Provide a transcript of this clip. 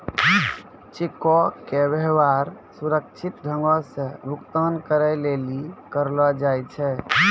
चेको के व्यवहार सुरक्षित ढंगो से भुगतान करै लेली करलो जाय छै